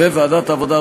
ועדת העבודה,